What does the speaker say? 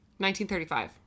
1935